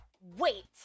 wait